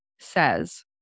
says